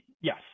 yes